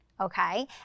okay